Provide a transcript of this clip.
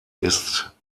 ist